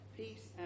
peace